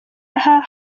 aha